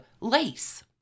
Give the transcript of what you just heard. lace